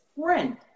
friend